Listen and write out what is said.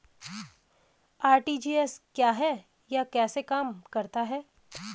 RTGS क्या है यह कैसे काम करता है?